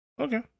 Okay